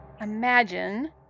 imagine